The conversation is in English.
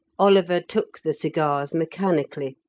oliver took the cigars mechanically,